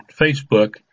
Facebook